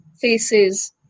faces